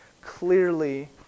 clearly